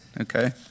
okay